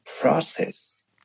process